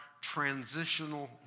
transitional